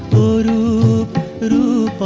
ou through